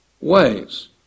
ways